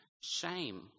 shame